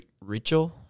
Rachel